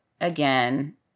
again